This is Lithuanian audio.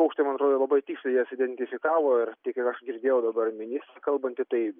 paukšė man atrodo labai tiksliai jas identifikavo ir kiek aš girdėjau dabar ministrą kalbantį tai